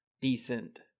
decent